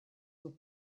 were